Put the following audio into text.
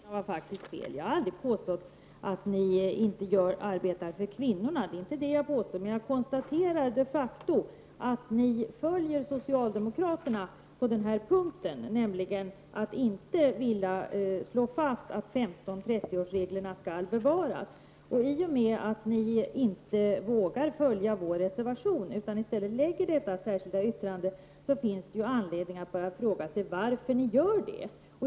Fru talman! Barbro Sandberg tar fel på båda punkterna. Jag har aldrig påstått att folkpartiet inte arbetar för kvinnorna. Det är inte det jag påstår. Jag konstaterar emellertid att folkpartiet de facto följer socialdemokraterna på denna punkt i och med att de inte är beredda att slå fast att 15/30-årsreglerna skall bevaras. I och med att folkpartiet inte vågar följa vår reservation utan i stället lämnar detta särskilda yttrande finns det anledning att fråga sig varför.